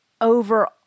over